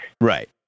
Right